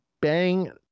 bang